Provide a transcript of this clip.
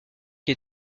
qui